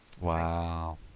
Wow